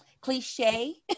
cliche